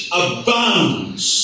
abounds